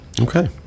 okay